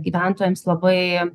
gyventojams labai